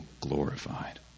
glorified